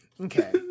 okay